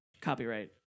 copyright